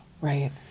right